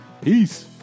Peace